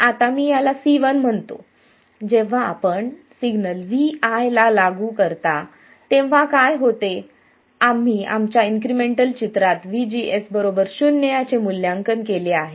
आता मी याला C1 म्हणतो जेव्हा आपण सिग्नल Vi लागू करता तेव्हा काय होते आम्ही आमच्या इन्क्रिमेंटल चित्रात VGS 0 याचे मुल्यांकन केले आहे